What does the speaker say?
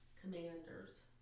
Commanders